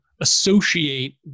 associate